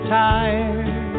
tired